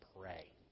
pray